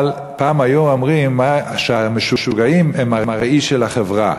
אבל פעם היו אומרים שהמשוגעים הם הראי של החברה.